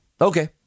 Okay